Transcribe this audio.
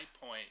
point